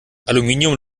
aluminium